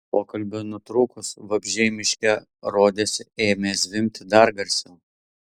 pokalbiui nutrūkus vabzdžiai miške rodėsi ėmė zvimbti dar garsiau